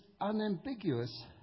unambiguous